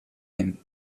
him